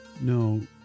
no